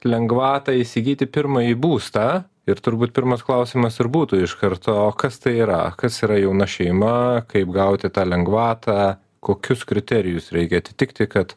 lengvatą įsigyti pirmąjį būstą ir turbūt pirmas klausimas ir būtų iš karto o kas tai yra kas yra jauna šeima kaip gauti tą lengvatą kokius kriterijus reikia atitikti kad